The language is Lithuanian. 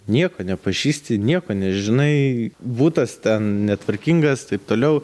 nieko nepažįsti nieko nežinai butas ten netvarkingas taip toliau